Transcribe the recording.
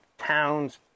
towns